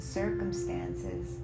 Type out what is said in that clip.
circumstances